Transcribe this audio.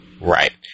Right